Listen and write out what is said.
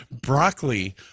Broccoli